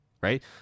right